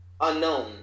unknown